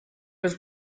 was